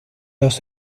dos